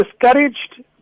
discouraged